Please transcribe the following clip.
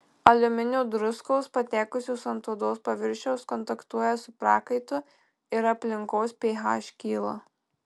aliuminio druskos patekusios ant odos paviršiaus kontaktuoja su prakaitu ir aplinkos ph kyla